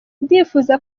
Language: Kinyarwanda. ndifuza